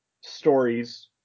stories